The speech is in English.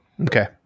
Okay